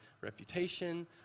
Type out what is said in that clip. reputation